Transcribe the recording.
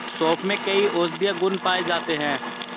सोंफ में कई औषधीय गुण पाए जाते हैं